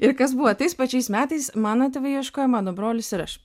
ir kas buvo tais pačiais metais mano tėvai ieškojo mano brolis ir aš